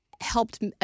helped